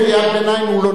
קריאת ביניים היא לא נאום.